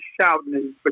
shouting